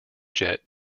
jet